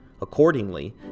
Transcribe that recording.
Accordingly